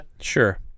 sure